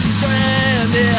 Stranded